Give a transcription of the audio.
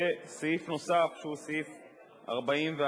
וסעיף נוסף, 44ו,